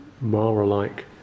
Mara-like